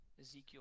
Ezekiel